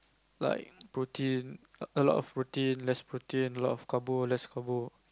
like protein a lot of protein less protein a lot of carbo less carbo